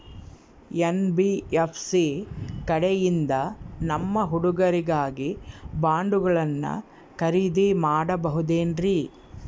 NBFC ಕಡೆಯಿಂದ ನಮ್ಮ ಹುಡುಗರಿಗಾಗಿ ಬಾಂಡುಗಳನ್ನ ಖರೇದಿ ಮಾಡಬಹುದೇನ್ರಿ?